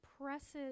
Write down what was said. presses